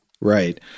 Right